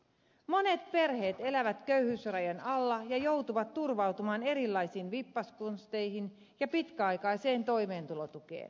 monet perheet elävät köyhyysrajan alla ja joutuvat turvautumaan erilaisiin vippaskonsteihin ja pitkäaikaiseen toimeentulotukeen